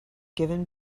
given